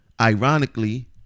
ironically